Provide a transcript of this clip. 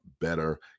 better